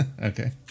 Okay